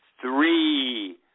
three